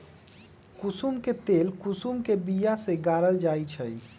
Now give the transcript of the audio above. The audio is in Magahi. कुशुम के तेल कुशुम के बिया से गारल जाइ छइ